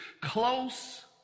close